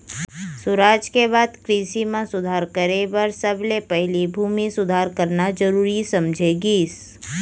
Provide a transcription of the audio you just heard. सुराज के बाद कृसि म सुधार करे बर सबले पहिली भूमि सुधार करना जरूरी समझे गिस